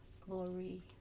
Glory